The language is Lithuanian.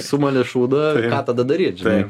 sumali šūdą ką tada daryt žinai